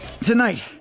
Tonight